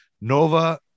Nova